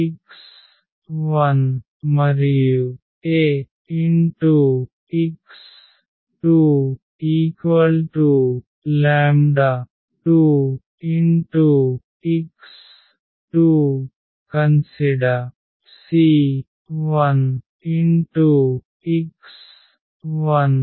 పరిగణించండి c1x1c2x20 c1c2∈R